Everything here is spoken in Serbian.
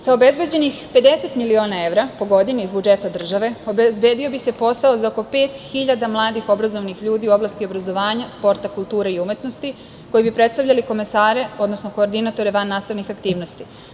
Sa obezbeđenih 50 miliona evra po godini iz budžeta države obezbedio bi ser posao za oko 5.000 mladih i obrazovanih ljudi u oblasti obrazovanja, sporta, kulture i umetnosti koji bi predstavljali komesare, odnosno koordinatore vannastavnih aktivnosti.